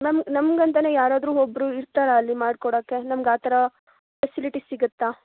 ನಮ್ಗೆ ನಮ್ಗಂತಲೇ ಯಾರಾದರೂ ಒಬ್ಬರು ಇರ್ತಾರಾ ಅಲ್ಲಿ ಮಾಡಿಕೊಡಕ್ಕೆ ನಮ್ಗೆ ಆ ಥರ ಫೆಸಿಲಿಟಿ ಸಿಗುತ್ತಾ